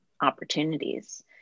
opportunities